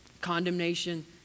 Condemnation